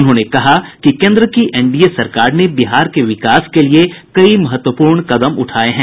उन्होंने कहा कि केन्द्र की एनडीए सरकार ने बिहार के विकास के लिए कई महत्वपूर्ण कदम उठाये हैं